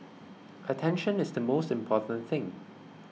attention is the most important thing